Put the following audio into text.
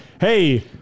Hey